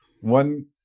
one